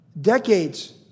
decades